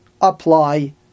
apply